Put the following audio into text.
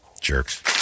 Jerks